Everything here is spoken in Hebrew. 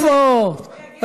אל תדאג, הוא יגיע לזה.